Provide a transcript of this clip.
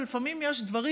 ולפעמים יש דברים